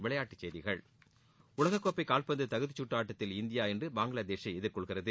விளையாட்டுச் செய்திகள் உலகக் கோப்பை கால்பந்து தகுதிச் கற்று ஆட்டத்தில் இந்தியா இன்று பங்களாதேஷை எதிர்கொள்கிறது